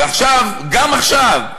ועכשיו, גם עכשיו,